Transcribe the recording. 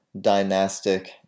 dynastic